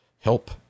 help